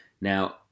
Now